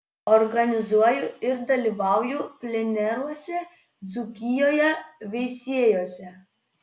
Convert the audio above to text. organizuoju ir dalyvauju pleneruose dzūkijoje veisiejuose